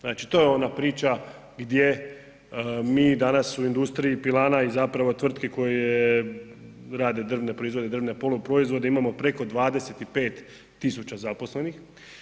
Znači to je ona priča gdje mi danas u industriji pilana i zapravo tvrtki koje rade drvne proizvode i drvne poluproizvode imamo preko 25 tisuća zaposlenih.